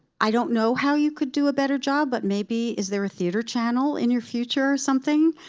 i don't know how you could do a better job. but maybe is there a theater channel in your future or something?